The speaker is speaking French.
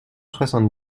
soixante